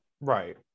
Right